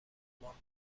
ماند